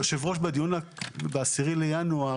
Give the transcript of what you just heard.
יושב הראש ב-10 בינואר,